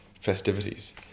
festivities